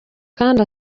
kandi